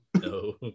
no